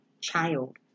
child